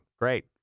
Great